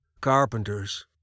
carpenters